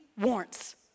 warrants